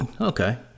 Okay